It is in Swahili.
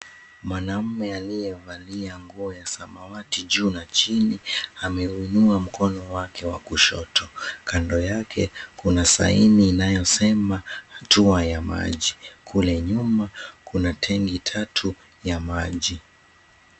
Mwanume aliye valia nguo ya samawati juu na chini ameinua mkono wake wa kushoto kando yake kuna saini inayosema hatua ya maji kule nyuma kuna tenki tatu ya maji.